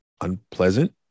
unpleasant